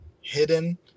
hidden